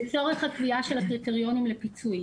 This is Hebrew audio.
לצורך הקביעה של הקריטריונים לפיצוי.